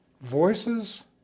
voices